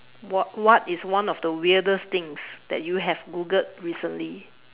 what what is one of the weirdest things that you have Googled recently